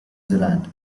zealand